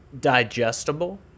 digestible